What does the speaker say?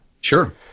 Sure